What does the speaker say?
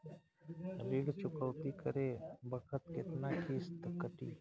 ऋण चुकौती करे बखत केतना किस्त कटी?